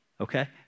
okay